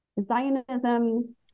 Zionism